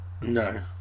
No